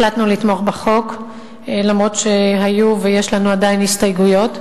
החלטנו לתמוך בחוק אף-על-פי שהיו ויש לנו עדיין הסתייגויות.